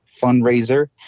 fundraiser